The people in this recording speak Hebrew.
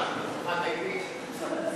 הכנסת נתקבלה.